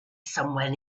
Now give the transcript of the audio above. somewhere